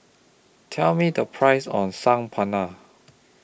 Tell Me The Price of Saag Paneer